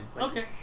Okay